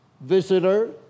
Visitor